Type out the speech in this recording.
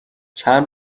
چند